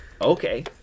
Okay